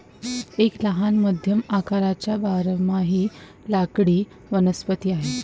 एक लहान मध्यम आकाराचा बारमाही लाकडी वनस्पती आहे